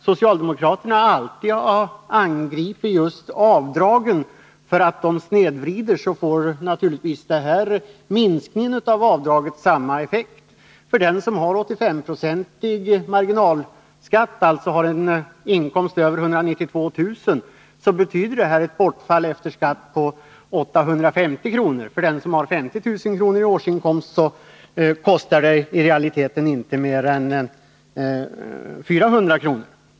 Socialdemokraterna har alltid angripit just avdragen därför att de verkar snedvridande, och en minskning av avdragen får naturligtvis samma effekt. För den som har 85-procentig marginalskatt och som alltså har en inkomst som ligger över 192 000 kr. betyder det här ett bortfall efter skatt på 850 kr. För den som har 50 000 kr. i årsinkomst kostar det i realiteten inte mer än 400 kr.